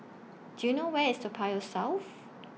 Do YOU know Where IS Toa Payoh South